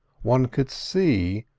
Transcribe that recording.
one could see,